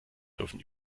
dürfen